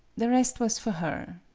the rest was for her.